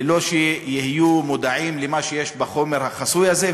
בלא שיהיו מודעים למה שיש בחומר החסוי הזה.